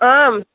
ஆ